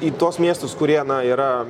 į tuos miestus kurie na yra